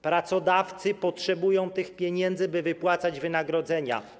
Pracodawcy potrzebują tych pieniędzy, by wypłacać wynagrodzenia.